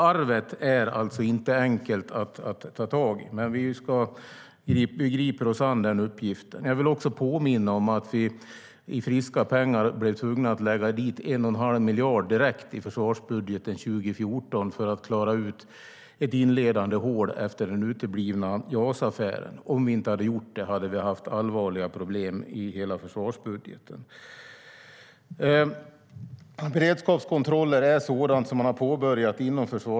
Arvet är alltså inte enkelt att ta tag i, men vi griper oss an uppgiften. Jag vill också påminna om att vi i friska pengar blev tvungna att lägga till 1 1⁄2 miljard direkt i försvarsbudgeten 2014 för att i inledningen täppa till ett hål efter den uteblivna JAS-affären.